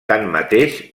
tanmateix